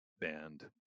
band